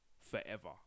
forever